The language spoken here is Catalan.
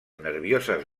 nervioses